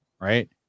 right